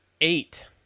eight